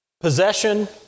possession